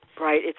right